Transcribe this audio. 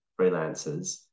freelancers